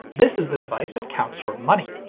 this is the device that counts your money.